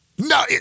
No